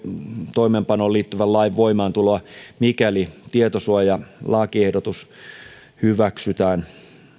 toimeenpanoon liittyvän lain voimaantuloa mikäli tietosuojalakiehdotus hyväksytään